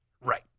Right